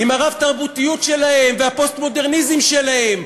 עם הרב-תרבותיות שלהם והפוסט-מודרניזם שלהם,